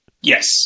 Yes